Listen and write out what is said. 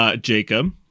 Jacob